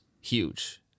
huge